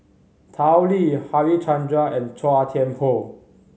Tao Li Harichandra and Chua Thian Poh